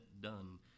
done